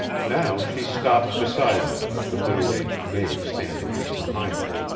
now she stopped beside him, the middle-aged maid standing just behind her.